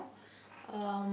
um